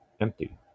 empty